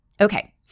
Okay